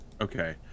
Okay